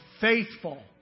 faithful